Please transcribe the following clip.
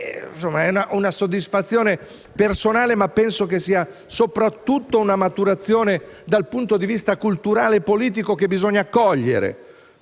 protetta. È una soddisfazione personale, ma penso che sia soprattutto una maturazione dal punto di vista culturale e politico che bisogna cogliere